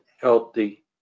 healthy